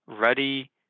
ready